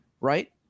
Right